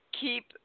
keep